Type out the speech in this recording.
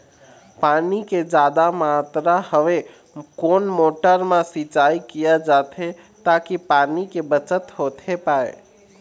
पानी के जादा मात्रा हवे कोन मोटर मा सिचाई किया जाथे ताकि पानी के बचत होथे पाए?